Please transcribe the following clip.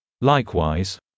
Likewise